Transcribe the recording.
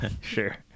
Sure